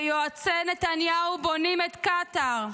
ויועצי נתניהו בונים את קטאר.